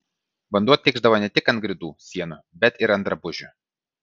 vanduo tikšdavo ne tik ant grindų sienų bet ir ant drabužių